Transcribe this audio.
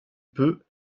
peu